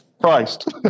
Christ